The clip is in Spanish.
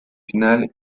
final